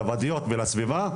לוואדיות ולסביבה,